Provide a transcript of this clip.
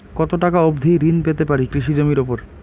কত টাকা অবধি ঋণ পেতে পারি কৃষি জমির উপর?